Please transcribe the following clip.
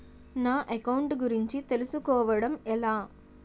నా అకౌంట్ గురించి తెలుసు కోవడం ఎలా?